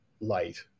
light